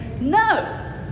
no